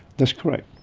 that's correct,